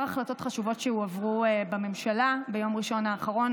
החלטות חשובות שהועברו בממשלה ביום ראשון האחרון,